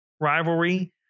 rivalry